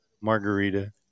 margarita